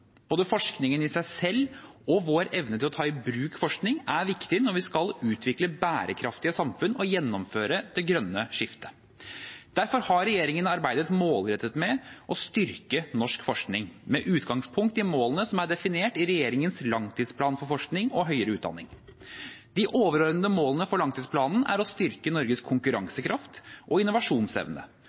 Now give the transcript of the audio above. Både forskningen i seg selv og vår evne til å ta i bruk forskning er viktig når vi skal utvikle bærekraftige samfunn og gjennomføre det grønne skiftet. Derfor har regjeringen arbeidet målrettet med å styrke norsk forskning, med utgangspunkt i målene som er definert i regjeringens langtidsplan for forskning og høyere utdanning. De overordnede målene for langtidsplanen er å styrke Norges konkurransekraft og innovasjonsevne,